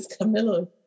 Camilla